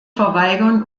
verweigern